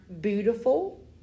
beautiful